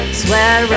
swear